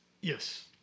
Yes